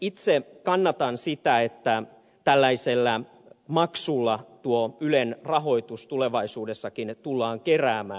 itse kannatan sitä että tällaisella maksulla tuo ylen rahoitus tulevaisuudessakin tullaan keräämään